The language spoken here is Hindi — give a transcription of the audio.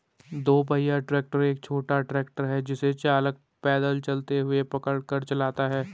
दो पहिया ट्रैक्टर एक छोटा ट्रैक्टर है जिसे चालक पैदल चलते हुए पकड़ कर चलाता है